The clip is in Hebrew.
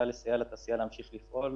היה לסייע לתעשייה להמשיך לפעול.